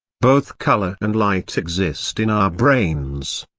both color and light exist in our brains.